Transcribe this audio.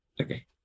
Okay